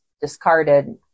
discarded